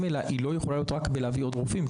אליה לא יכולה להיות רק בלהביא עוד רופאים,